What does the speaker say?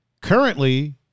Currently